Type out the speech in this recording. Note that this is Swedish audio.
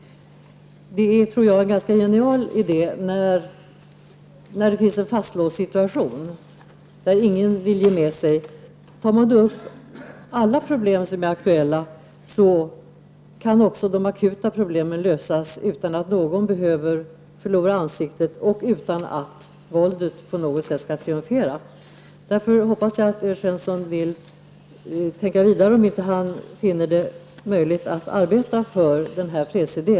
Det tror jag är en ganska genial idé i en fastlåst situation där ingen vill ge med sig. Tar man upp alla problem som är aktuella kan också de akuta problemen lösas, utan att någon behöver förlora ansiktet och utan att våldet på något sätt får triumfera. Därför hoppas jag att Evert Svensson vill tänka vidare på om han inte finner det möjligt att arbeta för denna fredsidé.